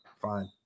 Fine